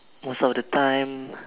most of the time